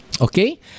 Okay